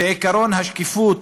ועקרון השקיפות